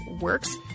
Works